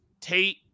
Tate